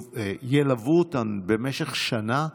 ילוו אותן במשך שנה,